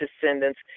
descendants